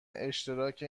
اشتراک